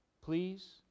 Please